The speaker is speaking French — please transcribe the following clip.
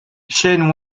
chen